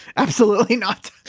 absolutely not